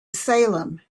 salem